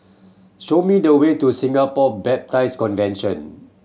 show me the way to Singapore Baptist Convention